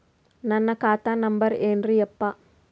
ನನ್ನ ಖಾತಾ ನಂಬರ್ ಏನ್ರೀ ಯಪ್ಪಾ?